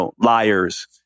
liars